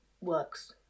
works